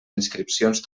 inscripcions